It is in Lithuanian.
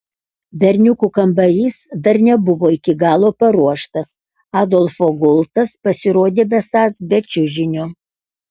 berniukų kambarys dar nebuvo iki galo paruoštas adolfo gultas pasirodė besąs be čiužinio